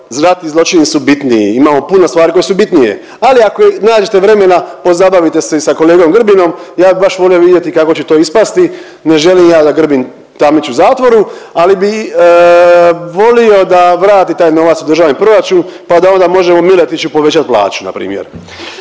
znati zločini su bitniji, imamo puno stvari koje su bitnije, ali ako nađete vremena pozabavite se i sa kolegom Grbinom ja bi vaš volio vidjeti kako će to ispasti. Ne želim ja da Grbin tamniči u zatvoru, ali bi volio da vrati taj novac u državni proračun pa da onda možemo Miletiću povećat plaću na primjer.